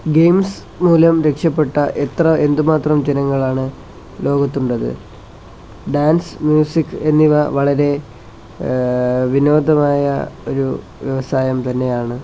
games മൂലം രക്ഷപ്പെട്ട എത്ര എന്തുമാത്രം ജനങ്ങളാണ് ലോകത്തുള്ളത് ഡാൻസ് മ്യൂസിക് എന്നിവ വളരെ വിനോദമായ ഒരു സായം തന്നെയാണ്